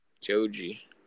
Joji